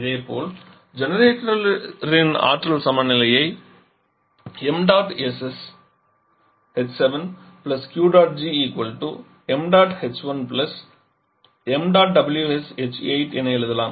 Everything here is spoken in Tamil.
இதேபோல் ஜெனரேட்டரின் ஆற்றல் சமநிலையை என எழுதலாம்